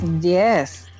Yes